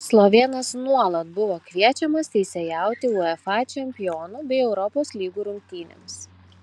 slovėnas nuolat buvo kviečiamas teisėjauti uefa čempionų bei europos lygų rungtynėms